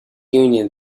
union